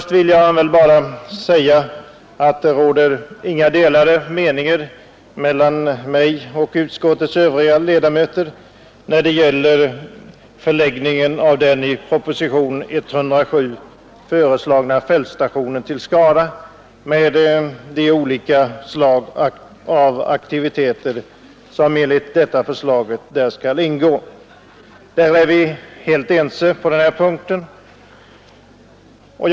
Till att börja med vill jag bara säga att jag och utskottets övriga ledamöter inte har delade meningar när det gäller förläggningen till Skara av den i propositionen 107 föreslagna fältstationen — med de olika slag av aktiviteter som enligt förslaget skall ingå där. På den punkten är vi helt ense.